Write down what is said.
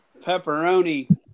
pepperoni